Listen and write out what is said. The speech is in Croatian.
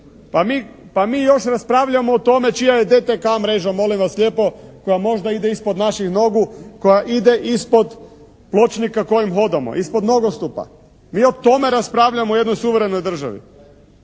Pa mi još raspravljamo o tome čija je DTK mreža, molim vas lijepo, koja možda ide ispod naših nogu, koja ide ispod pločnika kojim hodamo, ispod nogostupa. Mi o tome raspravljamo u jednoj suverenoj državi.